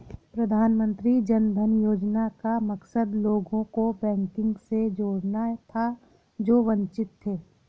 प्रधानमंत्री जन धन योजना का मकसद लोगों को बैंकिंग से जोड़ना था जो वंचित थे